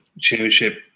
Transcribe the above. championship